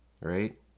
right